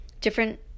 different